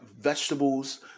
vegetables